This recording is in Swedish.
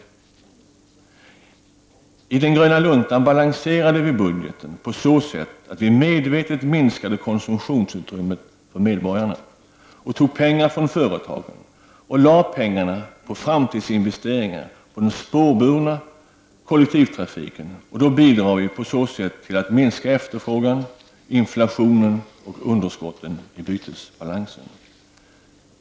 I den gröna luntan balanserade vi budgeten på så sätt att vi medvetet minskade konsumtionsutrymmet för medborgarna, tog pengar från företagen och lade pengarna på framtidsinvesteringar för den spårburna kollektivtrafiken. På så sätt bidrar vi till att minska efterfrågan, inflationen och underskotten i bytesbalansen.